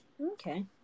Okay